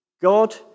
God